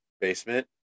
basement